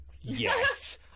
Yes